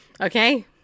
Okay